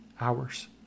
hours